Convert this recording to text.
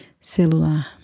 Celular